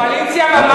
הקואליציה ממש,